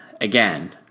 again